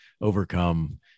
overcome